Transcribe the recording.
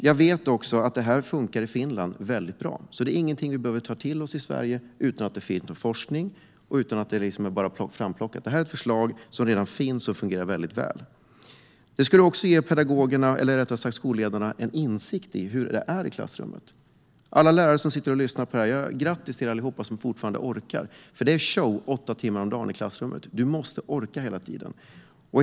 Jag vet att det här funkar väldigt bra i Finland, så vi i Sverige behöver inte ta till oss det utan att det finns forskning. Förslaget är inte bara framplockat. Detta finns redan och fungerar väldigt väl. Det skulle också ge skolledarna en insikt i hur det är i klassrummet. Grattis till alla lärare som lyssnar på det här och som fortfarande orkar! Det är show åtta timmar om dagen i klassrummet, och man måste orka hela tiden.